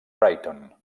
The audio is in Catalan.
brighton